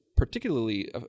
particularly